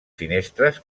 finestres